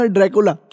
Dracula